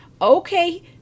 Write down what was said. Okay